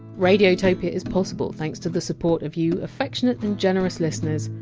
radiotopia is possible thanks to the support of you affectionate and generous listeners,